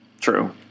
true